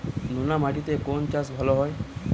নোনা মাটিতে কোন চাষ ভালো হয়?